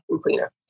cleaner